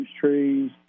trees